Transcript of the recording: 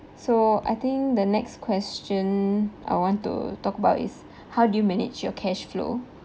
so I think the next question I want to talk about is how do you manage your cash flow